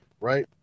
right